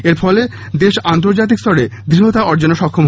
এর ফলে দেশ আন্তর্জাতিক স্তরে দৃঢ়তা অর্জনে সক্ষম